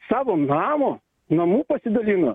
savo namo namu pasidalino